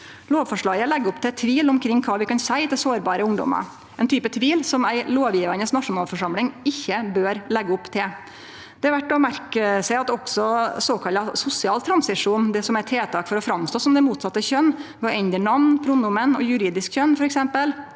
Lovforslaget legg opp til tvil omkring kva vi kan seie til sårbare ungdomar – ein type tvil som ei lovgjevande nasjonalforsamling ikkje bør leggje opp til. Det er verdt å merke seg at også såkalla sosial transisjon, som er tiltak for å framstå som det motsette kjønn ved å endre namn, pronomen og juridisk kjønn f.eks.,